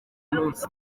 munsi